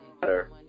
better